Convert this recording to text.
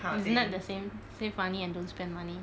isn't that the same save money and don't spend money